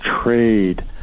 trade